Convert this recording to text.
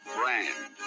Brand